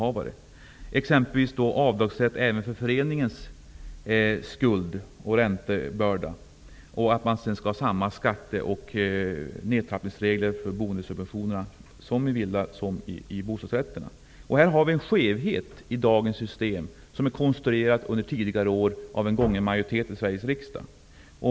Vi har exempelvis tagit upp avdragsrätt även för föreningens skuld och räntebörda och samma nedtrappningsregler av boendesubventionerna för villor som för bostadsrätter. I dagens system ligger en skevhet, som är konstruerad under tidigare år av en gången majoritet i Sveriges riksdag.